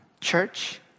church